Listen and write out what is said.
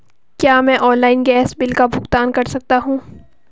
क्या मैं online gas bill का भुगतान कर सकता हूँ?